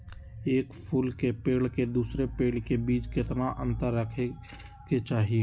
एक फुल के पेड़ के दूसरे पेड़ के बीज केतना अंतर रखके चाहि?